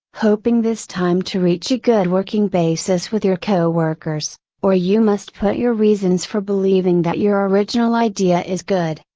hoping this time to reach a good working basis with your coworkers, or you must put your reasons for believing that your original idea is good,